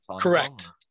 Correct